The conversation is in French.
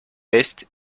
est